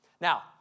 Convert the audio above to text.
Now